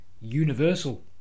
universal